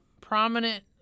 prominent